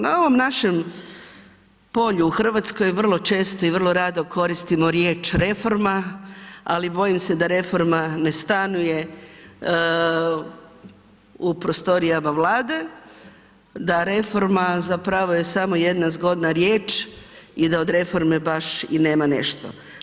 Na ovom našem polju u Hrvatskoj vrlo često i vrlo rado koristimo riječ reforma, ali bojim se da reforma ne stanuje u prostorijama Vlade, da reforma je zapravo samo jedna zgodna riječ i da od reforme baš i nema nešto.